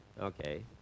Okay